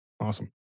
Awesome